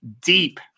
deep